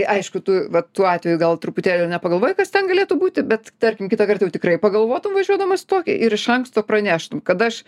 aišku tu vat tuo atveju gal truputėlį ir nepagalvojai kas ten galėtų būti bet tarkim kitą kartą jau tikrai pagalvotum važiuodamas į tokį ir iš anksto praneštum kad aš